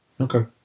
Okay